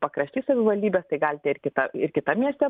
pakrašty savivaldybės tai galite ir kitą ir kitam mieste